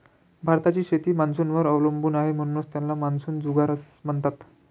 भारताची शेती मान्सूनवर अवलंबून आहे, म्हणून त्याला मान्सूनचा जुगार म्हणतात